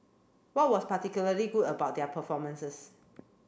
what was particularly good about their performances